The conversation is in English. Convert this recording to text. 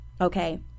Okay